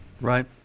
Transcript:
Right